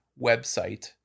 website